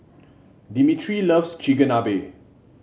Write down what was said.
Dimitri loves Chigenabe